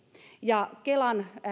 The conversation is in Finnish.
ja kelan